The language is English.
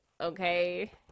Okay